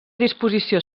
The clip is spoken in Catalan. disposició